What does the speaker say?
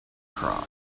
crops